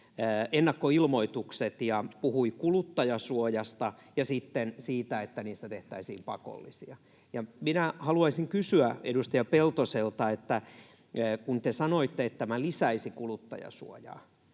ennakkoilmoitukset ja puhui kuluttajansuojasta ja sitten siitä, että niistä tehtäisiin pakollisia, niin minä haluaisin kysyä edustaja Peltoselta: kun te sanoitte, että tämä lisäisi kuluttajansuojaa